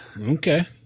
Okay